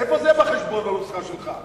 איפה זה בחשבון, בנוסחה שלך?